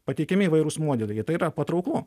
pateikiami įvairūs modeliai ir tai yra patrauklu